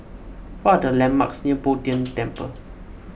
what are the landmarks near Bo Tien Temple